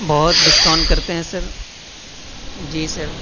بہت دسکاؤنٹ کرتے ہیں سر جی سر